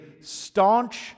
staunch